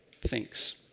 thinks